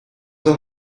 dos